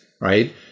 right